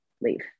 leave